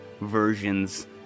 versions